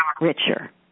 richer